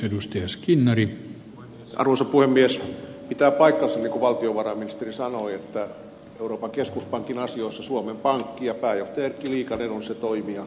pitää paikkansa niin kuin valtiovarainministeri sanoi että euroopan keskuspankin asioissa suomen pankki ja pääjohtaja erkki liikanen ovat se toimija